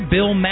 Bill